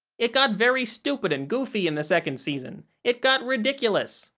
it got very stupid and goofy in the second season it got ridiculous.